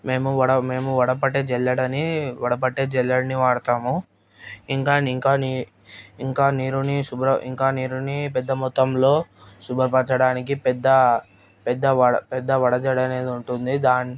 మేము వడ మేము వడపెట్టే జల్లెడని వడపట్టే జల్లెడని వాడతాము ఇంకాని ఇంకాని ఇంకా నీరుని శుభ్ర ఇంకా నీరుని పెద్ద మొత్తంలో శుభ్రపరచడానికి పెద్ద వడ పెద్ద వడ జడ అనేది ఉంటుంది దా